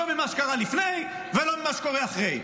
לא למה שקרה לפני ולא למה שקורה אחרי.